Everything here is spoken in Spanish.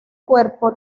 cuerpo